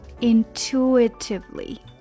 Intuitively